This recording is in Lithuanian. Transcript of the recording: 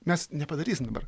mes nepadarysim dabar